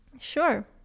sure